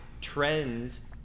trends